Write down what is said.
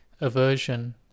aversion